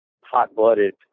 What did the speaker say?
hot-blooded